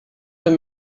were